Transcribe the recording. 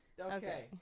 okay